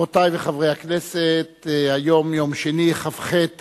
חברותי וחברי הכנסת, היום יום שני, כ"ח